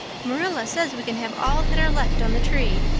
marilla says we can have all that are left on the tree.